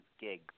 gigs